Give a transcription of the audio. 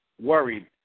worried